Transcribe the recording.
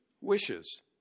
wishes